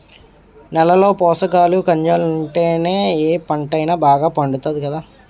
నేలలో పోసకాలు, కనిజాలుంటేనే ఏ పంటైనా బాగా పండుతాది కదా